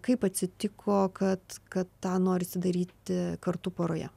kaip atsitiko kad kad tą norisi daryti kartu poroje